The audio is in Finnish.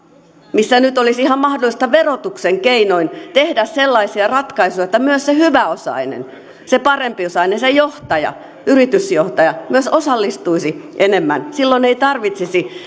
missä nyt olisi ihan mahdollista verotuksen keinoin tehdä sellaisia ratkaisuja että myös se hyväosainen se parempiosainen se johtaja yritysjohtaja myös osallistuisi enemmän silloin ei tarvitsisi